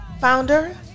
Founder